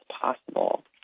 possible